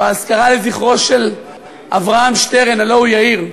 באזכרה לאברהם שטרן, הלוא הוא יאיר,